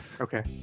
okay